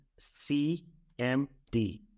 CMD